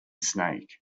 snake